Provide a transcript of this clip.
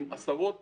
עם עשרות